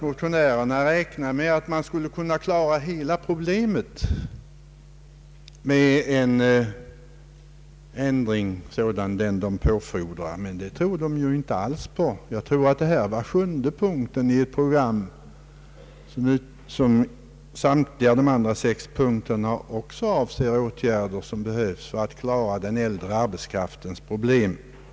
Motionärerna räknar inte ens själva med att kunna lösa hela problemet med en sådan ändring som de föreslår. Jag tror att det här gäller sjunde punkten i ett program som på övriga sex punk ter också avser åtgärder för att lösa den äldre arbetskraftens problem.